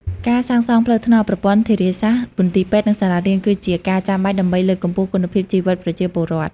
ការសាងសង់ផ្លូវថ្នល់ ប្រព័ន្ធធារាសាស្ត្រ មន្ទីរពេទ្យ និងសាលារៀន គឺជាការចាំបាច់ដើម្បីលើកកម្ពស់គុណភាពជីវិតប្រជាពលរដ្ឋ។